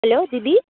hello दीदी